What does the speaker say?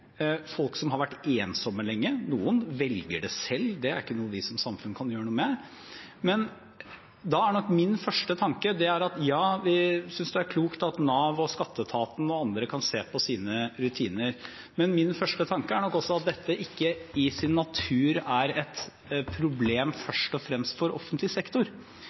Noen velger det selv, og det er ikke noe vi som samfunn kan gjøre noe med. Men da er nok min første tanke at ja, vi synes det er klokt at Nav, skatteetaten og andre kan se på sine rutiner, men også at dette ikke i sin natur er et problem først og fremst for offentlig sektor,